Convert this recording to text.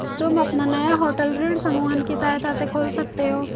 तुम अपना नया होटल ऋण समूहन की सहायता से खोल सकते हो